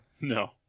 No